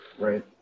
right